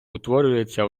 утворюється